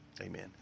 Amen